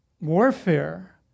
warfare